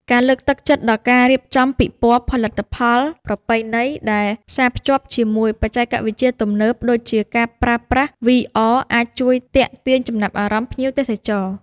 ការលើកទឹកចិត្តដល់ការរៀបចំពិព័រណ៍ផលិតផលប្រពៃណីដែលផ្សារភ្ជាប់ជាមួយបច្ចេកវិទ្យាទំនើបដូចជាការប្រើប្រាស់ VR អាចជួយទាក់ទាញចំណាប់អារម្មណ៍ភ្ញៀវទេសចរ។